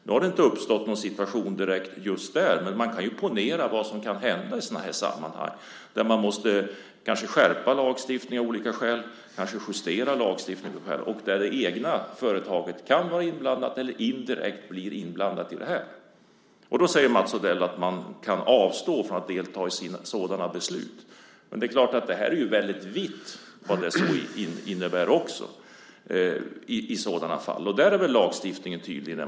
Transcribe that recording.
Nu har det inte direkt uppstått någon situation just där. Men ponera, med tanke på vad som kan hända i sådana här sammanhang, att man av olika skäl kanske måste skärpa lagstiftningen eller justera lagstiftningen och det egna företaget kan vara, eller indirekt blir, inblandat. Mats Odell säger att man kan avstå från att delta i sådana beslut. Men det är klart att det här har en väldigt vid innebörd i sådana fall. Där är väl lagstiftningen tydlig.